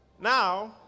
Now